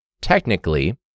technically